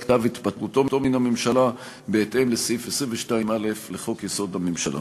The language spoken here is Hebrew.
כתב התפטרותו מן הממשלה בהתאם לסעיף 22(א) לחוק-יסוד: הממשלה.